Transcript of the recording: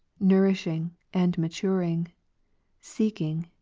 nourishing, and maturing seeking,